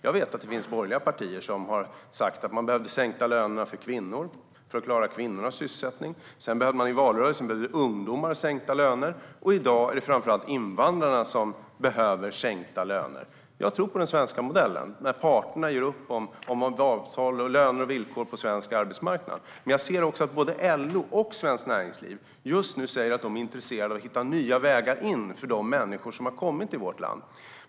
Jag vet att det finns borgerliga partier som har sagt att det behövs sänkta löner för kvinnor för att klara kvinnornas sysselsättning. I valrörelsen sa man att det behövdes sänkta löner för ungdomar. I dag är det framför allt invandrarna som behöver sänkta löner. Jag tror på den svenska modellen, där parterna gör upp om avtal, löner och villkor på svensk arbetsmarknad. Men jag ser också att både LO och Svenskt Näringsliv just nu säger att de är intresserade av att hitta nya vägar in på arbetsmarknaden för de människor som har kommit till vårt land.